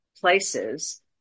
places